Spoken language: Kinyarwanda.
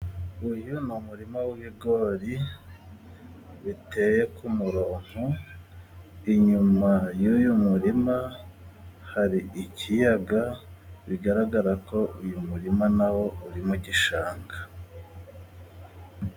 Uyu ni umurima w'ibigori biteye ku muronko. Inyuma y'uyu murima hari ikiyaga, bigaragara ko uyu murima nawo uri mu gishanga.